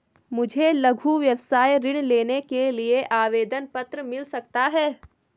मुझे लघु व्यवसाय ऋण लेने के लिए आवेदन पत्र मिल सकता है?